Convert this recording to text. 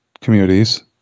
communities